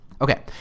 Okay